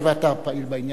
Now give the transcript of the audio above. הואיל ואתה פעיל בעניין.